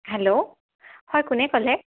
hello হয় কোনে ক'লে